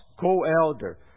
co-elder